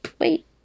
wait